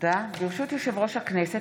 ברשות יושב-ראש הכנסת,